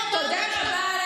שהקרע בעם,